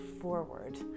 forward